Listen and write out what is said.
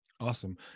Awesome